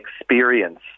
experience